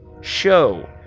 show